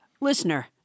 Listener